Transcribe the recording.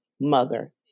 mother